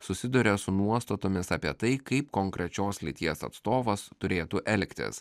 susiduria su nuostatomis apie tai kaip konkrečios lyties atstovas turėtų elgtis